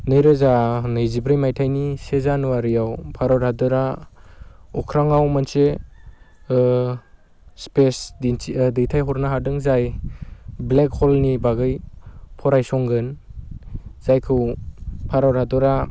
नैरोजा नैजिब्रै माइथायनि से जानुवारियाव भारत हादोरा अख्राङाव मोनसे स्पेशसिप दैथायहरनो हादों जाय ब्लेक ह'लनि बागै फरायसंगोन जायखौ भारत हादोरा